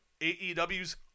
AEW's